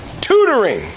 Tutoring